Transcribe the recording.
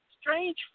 Strange